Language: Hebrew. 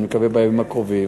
אני מקווה בימים הקרובים,